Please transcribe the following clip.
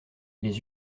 les